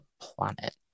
planet